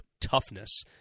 toughness